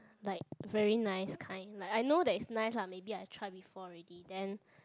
like very nice kind like I know that is nice lah maybe I try before already then